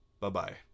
Bye-bye